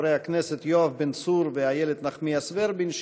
חברי הכנסת יואב בן צור ואיילת נחמיאס ורבין,